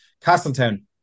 Castletown